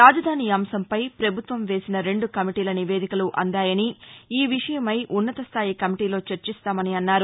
రాజధాని అంశంపై ప్రభుత్వం వేసిన రెండు కమిటీల నివేదికలు అందాయని ఈ విషయమై ఉన్నతస్థాయి కమిటీలో చర్చిస్తామన్నారు